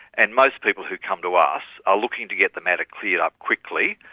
and most people who come to us are looking to get the matter cleared up quickly,